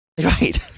Right